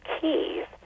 keys